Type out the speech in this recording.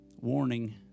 Warning